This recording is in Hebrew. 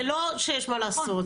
זה לא שיש מה לעשות.